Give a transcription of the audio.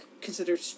considered